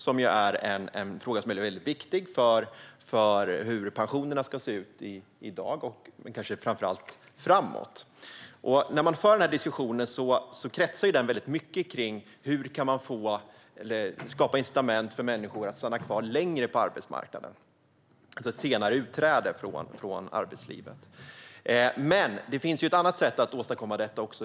Det är viktigt för hur pensionerna ska se ut i dag men kanske framför allt framöver. Diskussionen kretsar mycket kring hur man kan skapa incitament för människor att stanna kvar längre på arbetsmarknaden, alltså ett senare utträde från arbetslivet. Det finns dock ett annat sätt att åstadkomma detta.